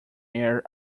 air